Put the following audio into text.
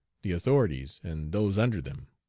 the authorities and those under them.